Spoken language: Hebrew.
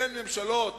בין ממשלות